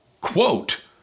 quote